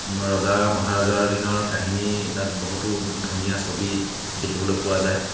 ৰজা মহাৰজাৰ দিনৰ কাহিনী তাত বহুতো ধুনীয়া ছবি দেখিবলৈ পোৱা যায়